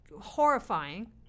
horrifying